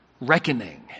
reckoning